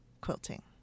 quilting